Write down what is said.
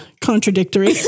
contradictory